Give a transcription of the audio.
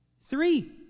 Three